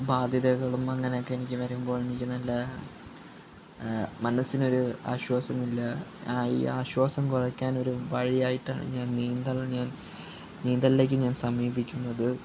ബാധ്യതകളും അങ്ങനെ ഒക്കെ എനിക്ക് വരുമ്പോൾ എനിക്ക് നല്ല മനസ്സിനൊരു ആശ്വാസവും ഇല്ല ഈ ആശ്വാസം കുറയ്ക്കാണ് വഴിയായിട്ടാണ് ഞാൻ നീന്തലിനെ നീന്തലിലേക്ക് ഞാൻ സമീപിക്കുന്നത്